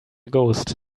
ghost